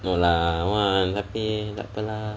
no lah tapi tak apa lah